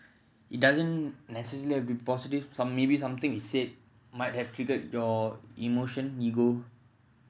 it doesn't necessarily be positive some~ maybe something he said might have triggered your emotion nigel